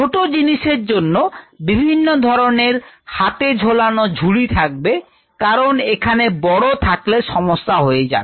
ছোট জিনিসের জন্য বিভিন্ন ধরনের হাতে ঝোলানো ঝুড়ি থাকবে কারণ এখানে বড় থাকলে সমস্যা হয়ে যাবে